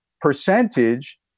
percentage